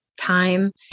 time